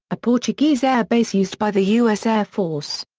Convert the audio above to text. a portuguese airbase used by the u s. air force.